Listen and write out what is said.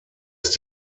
ist